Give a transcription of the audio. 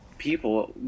People